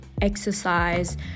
exercise